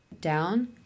Down